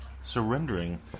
Surrendering